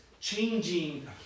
changing